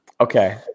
Okay